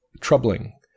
troubling